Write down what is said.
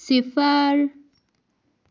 صِفر